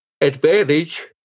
advantage